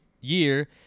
year –